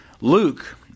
Luke